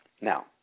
now